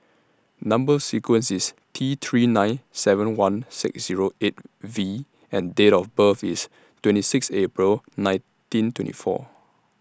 Number sequence IS T three nine seven one six Zero eight V and Date of birth IS twenty six April nineteen twenty four